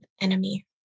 enemy